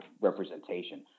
representation